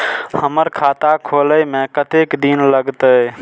हमर खाता खोले में कतेक दिन लगते?